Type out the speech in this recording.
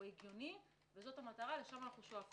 הוא הגיוני, וזו המטרה לשם אנחנו שואפים.